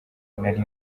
nari